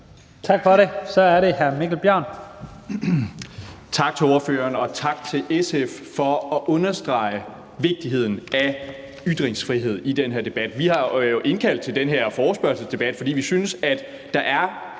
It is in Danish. Tak for det. Så er det hr. Mikkel Bjørn. Kl. 15:57 Mikkel Bjørn (DF): Tak til ordføreren og SF for at understrege vigtigheden af ytringsfrihed i den her debat. Vi har jo indkaldt til den her forespørgselsdebat, fordi vi synes, at der er